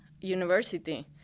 university